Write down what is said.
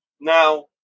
Now